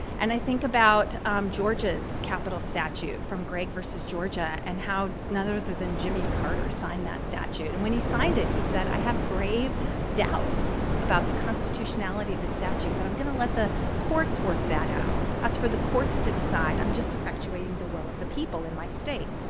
and i think about georgia's capital statue from gregg v. georgia, and how none other than jimmy carter signed that statute. and when he signed it, he said, i have grave doubts about the constitutionality of this statute. but i'm going to let the courts work that out. that's for the courts to decide. i'm just effectuating the will of the people in my state.